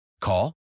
Call